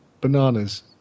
Bananas